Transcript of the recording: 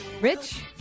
Rich